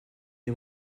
des